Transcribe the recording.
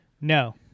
No